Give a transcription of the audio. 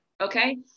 okay